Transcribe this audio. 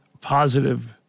positive